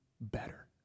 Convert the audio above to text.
better